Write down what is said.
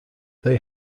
they